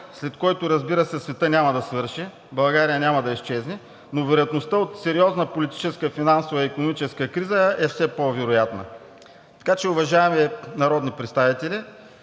след който, разбира се, светът няма да свърши, България няма да изчезне, но вероятността от сериозна политическа, финансова и икономическа криза е все по-вероятна. Уважаеми народни представители,